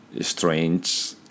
strange